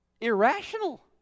irrational